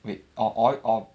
wait or oil or